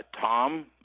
Tom